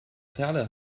perle